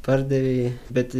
pardavei bet